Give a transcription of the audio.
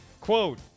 quote